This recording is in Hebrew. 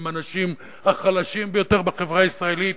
הם האנשים החלשים ביותר בחברה הישראלית,